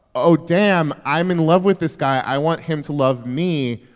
oh, damn, i'm in love with this guy i want him to love me,